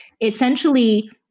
essentially